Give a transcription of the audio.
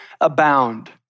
abound